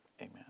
amen